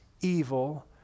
evil